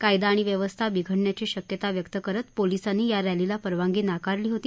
कायदा आणि व्यवस्था बिघडण्याची शक्यता व्यक्त करत पोलीसांनी या रॅलीला परवानगी नाकारली होती